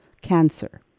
cancer